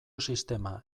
sistema